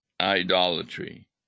idolatry